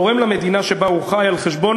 תמצא לי מדינה אחת באירופה שיש בה חוק כמו